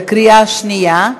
בקריאה שנייה.